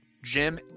jim